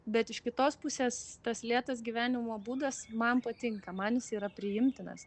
bet iš kitos pusės tas lėtas gyvenimo būdas man patinka man jis yra priimtinas